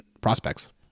prospects